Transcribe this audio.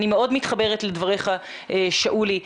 אני מאוד מתחברת לדבריך שאולי,